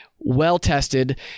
well-tested